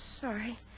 sorry